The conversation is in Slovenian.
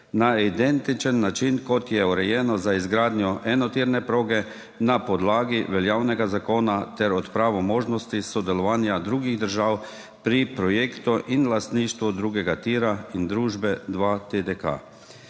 na identičen način, kot je urejeno za izgradnjo enotirne proge na podlagi veljavnega zakona ter odpravo možnosti sodelovanja drugih držav pri projektu in lastništvu drugega tira in družbe 2TDK.